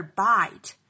bite